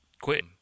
quit